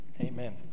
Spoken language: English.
Amen